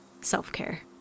self-care